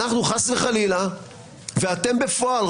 חס וחלילה ואתם בפועל,